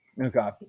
Okay